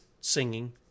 singing